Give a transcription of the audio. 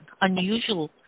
unusual